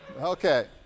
Okay